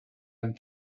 and